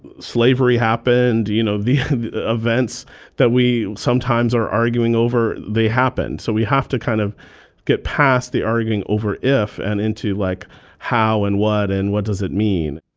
slavery happened. you know, the events that we sometimes are arguing over, they happened. so we have to kind of get past the arguing over if, and into like how and what and what does it mean.